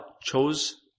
chose